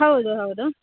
ಹೌದು ಹೌದು